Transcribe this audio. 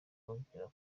mubwira